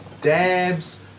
dabs